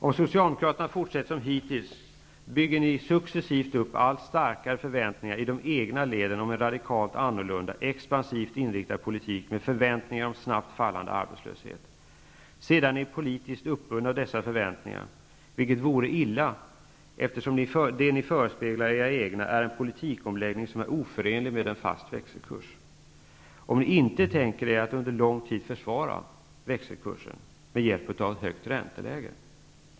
Om ni Socialdemokrater fortsätter som hittills, bygger ni successivt upp allt starkare förväntningar i de egna leden om en radikalt annorlunda, expansivt inriktad politik med förväntningar om snabbt fallande arbetslöshet. Sedan blir ni politiskt uppbundna av dessa förväntningar, vilket vore illa, eftersom det ni förespeglar era egna är en politikomläggning som är oförenlig med en fast växelkurs, om ni inte tänker er att under lång tid försvara växelkursen med hjälp av ett högt ränteläge.